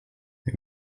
wir